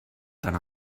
tan